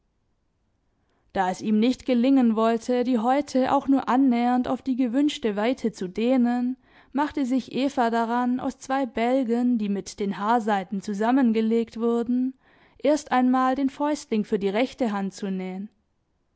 da es ihm nicht gelingen wollte die häute auch nur annähernd auf die gewünschte weite zu dehnen machte sich eva daran aus zwei bälgen die mit den haarseiten zusammengelegt wurden erst einmal den fäustling für die rechte hand zu nähen